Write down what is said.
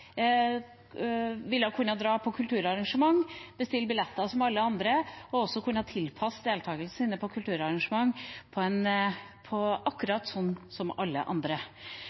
vil kunne dra på kulturarrangementer, bestille billetter som alle andre, og kunne tilpasse deltakelsen inne på kulturarrangement akkurat som alle andre.